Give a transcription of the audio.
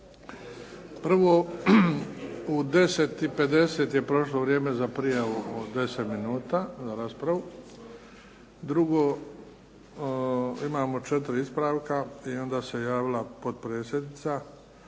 Prvo, u 10,50 sati je prošlo vrijeme za prijavu po 10 minuta za raspravu. Drugo, imamo četiri ispravka i onda se javila potpredsjednica.